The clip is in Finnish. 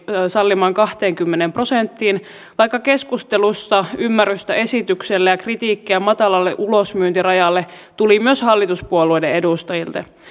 sallimaan kahteenkymmeneen prosenttiin vaikka keskustelussa ymmärrystä esitykselle ja kritiikkiä matalalle ulosmyyntirajalle tuli myös hallituspuolueiden edustajilta